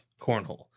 Cornhole